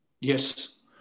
Yes